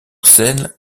scène